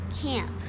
camp